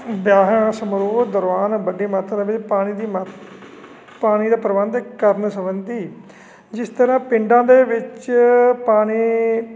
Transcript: ਵਿਆਹਾਂ ਸਮਾਰੋਹ ਦੌਰਾਨ ਵੱਡੀ ਮਾਤਰਾ ਵਿਚ ਪਾਣੀ ਦੀ ਮੱਤ ਪਾਣੀ ਦਾ ਪ੍ਰਬੰਧ ਕਰਨ ਸੰਬੰਧੀ ਜਿਸ ਤਰ੍ਹਾਂ ਪਿੰਡਾਂ ਦੇ ਵਿੱਚ ਪਾਣੀ